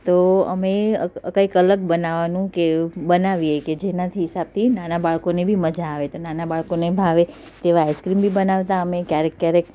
તો અમે કંઈક અલગ બનાવાનું કે બનાવીએ કે જેનાથી હિસાબથી નાના બાળકોને બી મજા આવે તો નાના બાળકોને ભાવે તેવા આઇસક્રીમ બી બનાવતા અમે ક્યારેક ક્યારેક